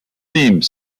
theme